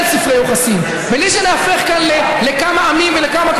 סכומים גדולים, ואהבנו מאוד את אבא, אז סלחנו לו.